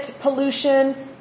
pollution